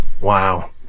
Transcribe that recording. Wow